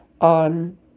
on